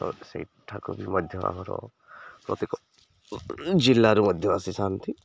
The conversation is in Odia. ତ ସେଇଠାକୁ ବି ମଧ୍ୟ ଆମର ପ୍ରତ୍ୟେକ ଜିଲ୍ଲାରୁ ମଧ୍ୟ ଆସିଥାନ୍ତି